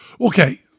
Okay